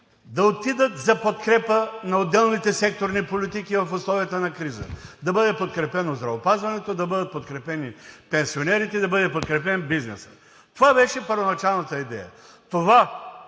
да отидат за подкрепа на отделните секторни политики в условията на криза, да бъде подкрепено здравеопазването, да бъдат подкрепени пенсионерите, да бъде подкрепен бизнесът. Това беше първоначалната идея. Това,